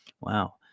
Wow